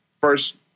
first